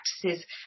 practices